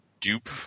dupe